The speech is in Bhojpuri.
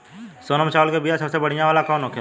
सोनम चावल के बीया सबसे बढ़िया वाला कौन होखेला?